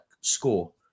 score